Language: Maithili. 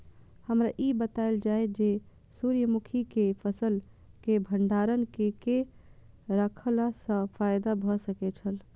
हमरा ई बतायल जाए जे सूर्य मुखी केय फसल केय भंडारण केय के रखला सं फायदा भ सकेय छल?